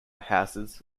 houses